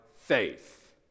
faith